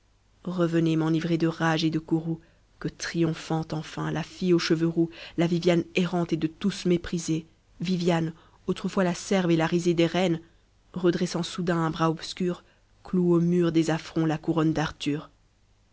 revenez m'enivrer de rage et de courroux que triomphante enfin la fille aux cheveux roux la viviane errante et de tous méprisée viviane autrefois la serve et la risée des reines redressant soudain un bras obscur cloue au mur des affronts la couronne d'arthur